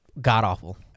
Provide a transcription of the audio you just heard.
god-awful